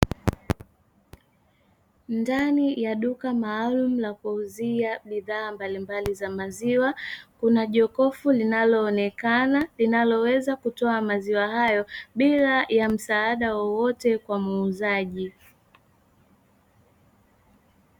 Ndani ya duka maalumu la kuuzia bidhaa mbalimbali za maziwa kuna jokofu, linaloonekana linaloweza kutoa maziwa hayo bila ya msaada wowote kwa muuzaji.